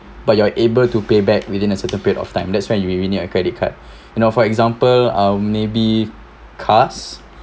but you're able to payback within a certain period of time that's when you really need a credit card you know for example um maybe cars